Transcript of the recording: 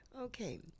okay